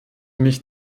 mich